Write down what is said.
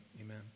Amen